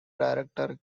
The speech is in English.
director